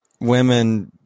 women